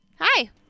Hi